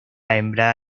hembra